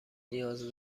نیاز